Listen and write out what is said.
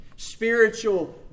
Spiritual